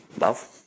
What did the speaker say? Love